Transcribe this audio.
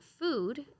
food